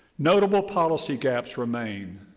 notable policy gaps remain.